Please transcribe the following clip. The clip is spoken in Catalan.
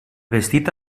vestit